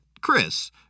Chris